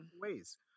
ways